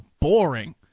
boring